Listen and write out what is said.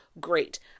Great